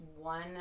one